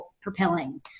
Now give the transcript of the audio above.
propelling